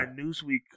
Newsweek